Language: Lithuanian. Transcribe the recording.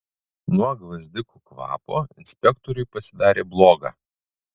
nuo gvazdikų kvapo inspektoriui pasidarė bloga